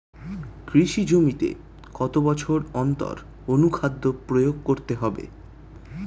কৃষি জমিতে কত বছর অন্তর অনুখাদ্য প্রয়োগ করতে হবে?